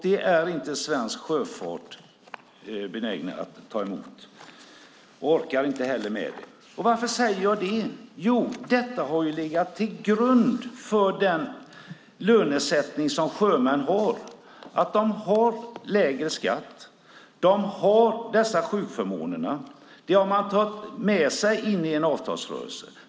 Det är inte svensk sjöfart benägen att ta emot. Man orkar inte heller med det. Varför säger jag då detta? Jo, detta har ju legat till grund för den lönesättning som sjömän har. De har lägre skatt. De har dessa sjukförmåner. Det har man tagit med sig in i avtalsrörelsen.